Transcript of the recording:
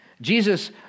Jesus